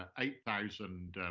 ah eight thousand